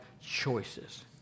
choices